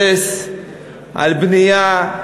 וקבוצת חברי הכנסת בנושא איסור לשון הרע.